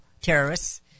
terrorists